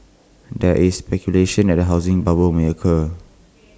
there is speculation that A housing bubble may occur